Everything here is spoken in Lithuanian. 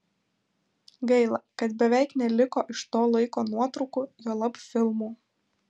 gaila kad beveik neliko iš to laiko nuotraukų juolab filmų